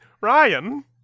Ryan